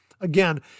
Again